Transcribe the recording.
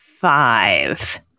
five